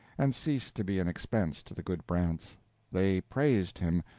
and ceased to be an expense to the good brants they praised him,